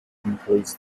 includes